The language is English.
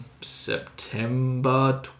September